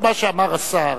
מה שאמר השר,